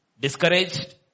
Discouraged